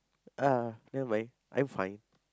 ah never mind I'm fine